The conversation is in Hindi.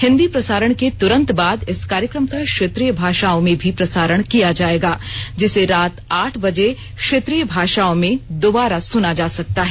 हिन्दी प्रसारण के तुरंत बाद इस कार्यक्रम का क्षेत्रीय भाषाओं में भी प्रसारण किया जाएगा जिसे रात आठ बजे क्षेत्रीय भाषाओं में दोबारा सुना जा सकता है